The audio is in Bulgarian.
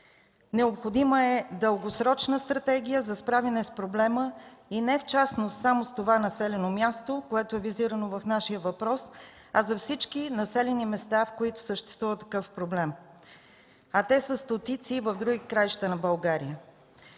Необходима е дългосрочна стратегия за справяне с проблема и не в частност само в това населено място, визирано в нашия въпрос, а във всички населени места, където съществува такъв проблем. Те са стотици и в други краища на България.